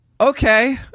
Okay